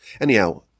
Anyhow